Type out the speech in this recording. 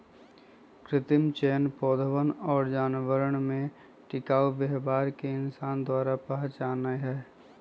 कृत्रिम चयन पौधवन और जानवरवन में टिकाऊ व्यवहार के इंसान द्वारा पहचाना हई